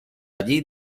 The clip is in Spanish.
allí